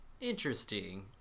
interesting